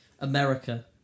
America